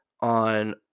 on